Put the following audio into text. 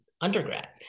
undergrad